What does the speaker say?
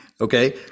Okay